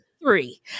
three